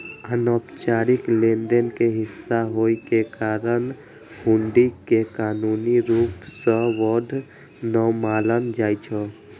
अनौपचारिक लेनदेन के हिस्सा होइ के कारण हुंडी कें कानूनी रूप सं वैध नै मानल जाइ छै